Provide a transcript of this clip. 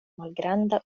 malgranda